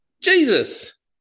Jesus